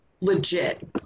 legit